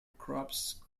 crops